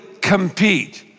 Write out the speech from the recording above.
compete